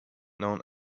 known